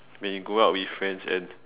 when you go out with friends and